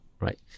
right